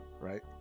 Right